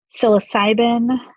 Psilocybin